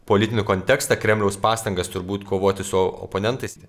politinį kontekstą kremliaus pastangas turbūt kovoti su oponentais